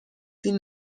این